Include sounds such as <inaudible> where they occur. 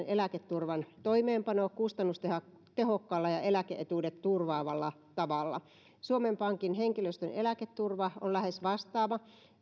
<unintelligible> eläketurvan toimeenpano kustannustehokkaalla ja ja eläke etuudet turvaavalla tavalla suomen pankin henkilöstön eläketurva on lähes vastaava